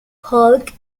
hulk